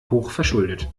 hochverschuldet